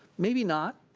maybe not.